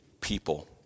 people